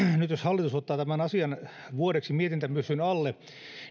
nyt jos hallitus ottaa tämän asian vuodeksi mietintämyssyn alle